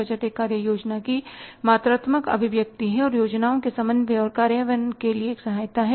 budget एक कार्य योजना की मात्रात्मक अभिव्यक्ति है और योजनाओं के समन्वय और कार्यान्वयन के लिए एक सहायता है